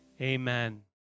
amen